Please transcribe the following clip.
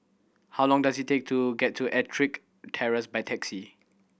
how long does it take to get to Ettrick Terrace by taxi